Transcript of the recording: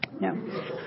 No